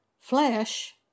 flesh